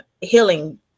healing